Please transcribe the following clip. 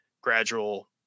gradual